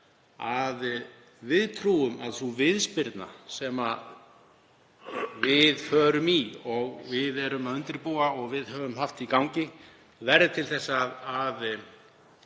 að við trúum að sú viðspyrna sem við förum í og erum að undirbúa og höfum haft í gangi verði til þess að